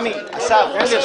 רגע, עמי, אסף.